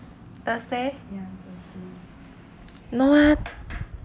thursday no ah